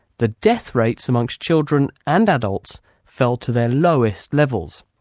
the death rates amongst children and adults fell to their lowest levels.